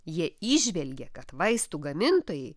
jie įžvelgia kad vaistų gamintojai